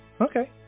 Okay